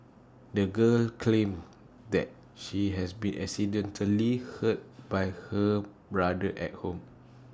the girl claimed that she had been accidentally hurt by her brother at home